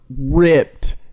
ripped